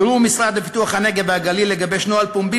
יורו למשרד לפיתוח הנגב והגליל לגבש נוהל פומבי